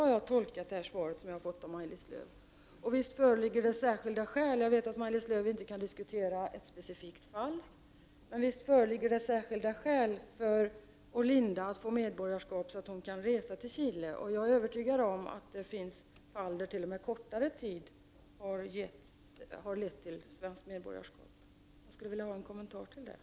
Jag har tolkat Maj-Lis Lööws svar som att det går att göra ett undantag från treårsregeln. Jag vet att Maj-Lis Lööw inte kan diskutera ett specifikt fall, men visst föreligger det särskilda skäl för Orlinda att få svenskt medborgarskap så att hon kan resa till Chile. Jag är övertygad om att det finns fall där t.o.m. kortare vistelsetid legat till grund för svenskt medborgarskap. Jag skulle vilja ha en kommentar till detta.